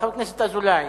חבר הכנסת אזולאי.